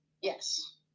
Yes